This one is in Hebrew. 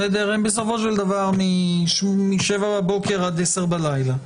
הן בסופו של דבר משבע בבוקר עד עשר בלילה,